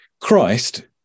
christ